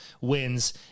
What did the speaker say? wins